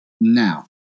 Now